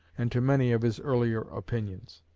and to many of his earlier opinions.